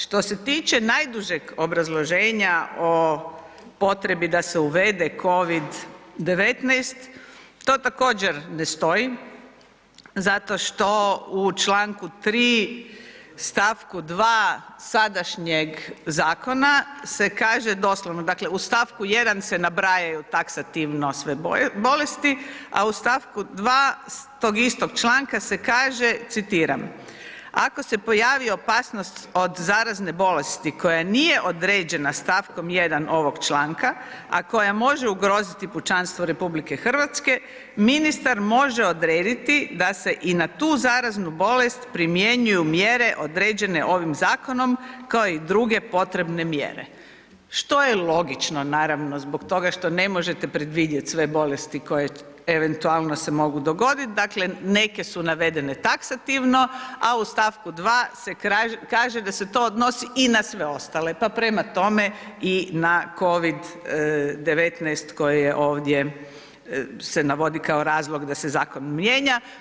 Što se tiče najdužeg obrazloženja o potrebi da se uvede COVID-19 to također ne stoji, zato što u čl. 3. st. 2. sadašnjeg zakona se kaže doslovno dakle u st. 1 se nabrajaju taksativno sve bolesti, a u st. 2. tog istog članka se kaže citiram: „Ako se pojavi opasnost od zarazne bolesti koja nije određena st. 1. ovog članka, a koja može ugroziti pučanstvo RH ministar može odrediti da se i na tu zaraznu bolest primjenjuju mjere određene ovim zakonom kao i druge potrebne mjere“, što je logično naravno zbog toga što ne možete predvidjet sve bolesti koje se eventualno mogu dogoditi, dakle neke su navedene taksativno, a u st. 2. se kaže da se to odnosi i na sve ostale, pa prema tome i na COVID-19 koji se ovdje navodi kao razlog da se zakon mijenja.